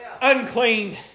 Unclean